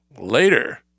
later